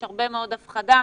יש הרבה מאוד הפחדה,